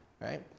right